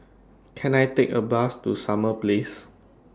Can I Take A Bus to Summer Place